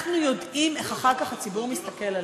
איך אחר כך הציבור מסתכל עלינו.